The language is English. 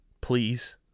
please